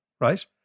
right